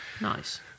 Nice